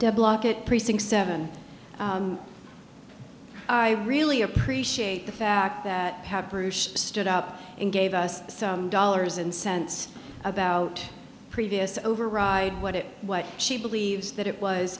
market block at precinct seven i really appreciate the fact that have bruce stood up and gave us some dollars and cents about previous override what it what she believes that it was